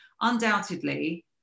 undoubtedly